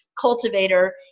cultivator